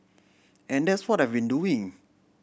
and that's what I've been doing